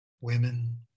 Women